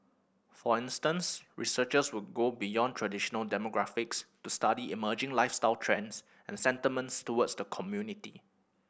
for instance researchers will go beyond traditional demographics to study emerging lifestyle trends and sentiments towards the community